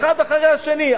אחד אחרי השני,